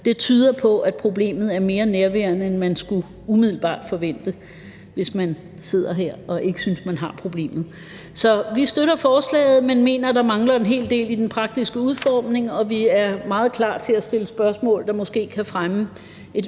– tyder på, at problemet er mere nærværende, end man umiddelbart skulle forvente, hvis man sidder her og ikke synes, man selv har problemet. Vi støtter forslaget, men mener, at der mangler en hel del i den praktiske udformning, og vi er meget klar til at stille spørgsmål, der måske kan fremme et